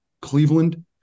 Cleveland